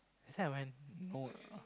that time I went no